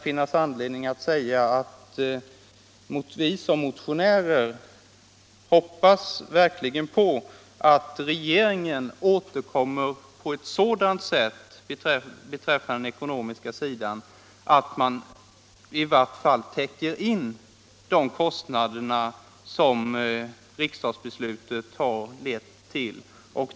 Vi motionärer hoppas verkligen att regeringen återkommer till den ekonomiska frågan med ett förslag som ger föreningslivet kompensation för de kostnader riksdagsbeslutet lett till.